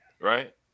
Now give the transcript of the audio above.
right